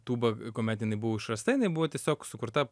tūba kuomet jinai buvo išrasta jinai buvo tiesiog sukurta